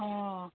অঁ